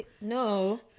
No